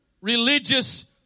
religious